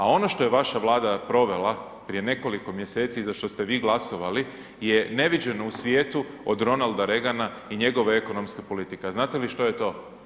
A ono što je vaša Vlada provela prije nekoliko mjeseci i za što ste vi glasovali je neviđeno u svijetu od Ronalda Reagana i njegove ekonomske politike, a znate li što je to.